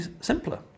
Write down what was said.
simpler